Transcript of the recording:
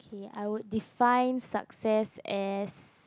K I would define success as